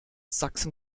sachsen